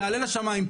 תעלה לשמיים,